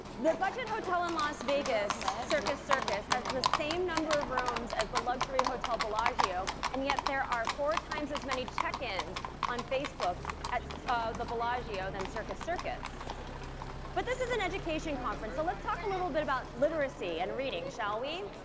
the budget hotel in las vegas circus circus has the same number of rooms as the luxury hotel bellagio and yet there are four times as many check-ins on facebook at the bellagio than circus circus but this is an education conference so let's talk a little bit about literacy and reading shall we?